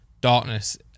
darkness